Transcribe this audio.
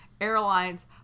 Airlines